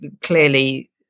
clearly